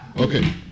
Okay